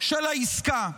של העסקה.